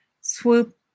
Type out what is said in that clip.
swoop